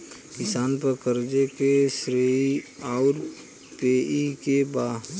किसान पर क़र्ज़े के श्रेइ आउर पेई के बा?